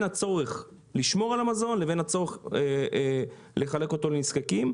הצורך לשמור על המזון לבין הצורך לחלק אותו לנזקקים.